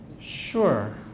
sure.